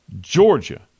Georgia